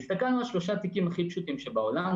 הסתכלנו על שלושה תיקים הכי פשוטים בעולם,